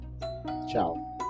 Ciao